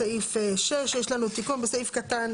בסעיף 6 יש לנו תיקון בסעיף קטן